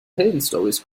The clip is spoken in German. heldenstorys